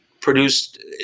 produced